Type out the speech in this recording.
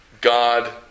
God